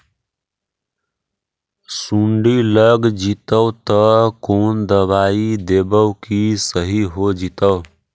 सुंडी लग जितै त कोन दबाइ देबै कि सही हो जितै?